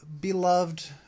beloved